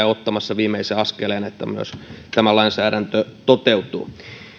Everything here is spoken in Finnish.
ottamassa viimeisen askeleen että myös tämä lainsäädäntö toteutuu